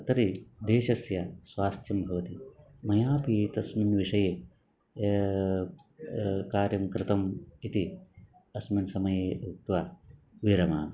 तर्हि देशस्य स्वास्थ्यं भवति मयापि तस्मिन् विषये कार्यं कृतम् इति अस्मिन् समये उक्त्वा विरमामि